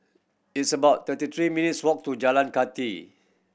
it's about thirty three minutes' walk to Jalan Kathi